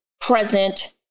present